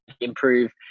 improve